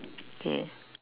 okay